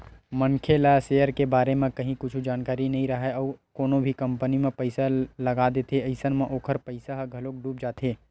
मनखे ला सेयर के बारे म काहि कुछु जानकारी नइ राहय अउ कोनो भी कंपनी म पइसा लगा देथे अइसन म ओखर पइसा ह घलोक डूब जाथे